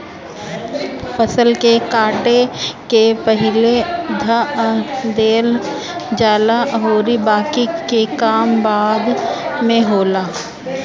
फसल के काट के पहिले धअ देहल जाला अउरी बाकि के काम बाद में होला